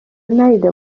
ندیده